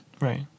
Right